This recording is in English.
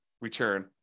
return